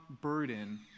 burden